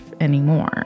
anymore